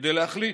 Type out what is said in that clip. כדי להחליט.